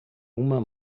uma